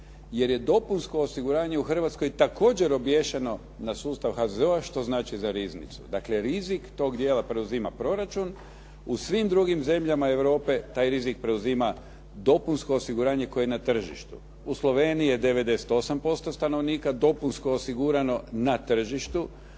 jer je dopunsko osiguranje u Hrvatskoj također obješeno na sustav HZZO-a, što znači za riznicu. Dakle, rizik tog dijela preuzima proračun, u svim drugim zemljama Europe, taj rizik preuzima dopunsko osiguranje koje je na tržištu. U Sloveniji je 98% stanovnika dopunsko osigurano na tržištu,